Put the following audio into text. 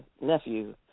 nephew